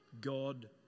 God